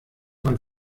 man